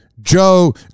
Joe